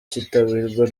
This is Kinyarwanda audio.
cyitabirwa